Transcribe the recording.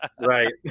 Right